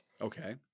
Okay